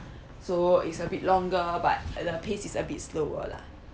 so it's a bit longer but uh the pace is a bit slower lah